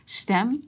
stem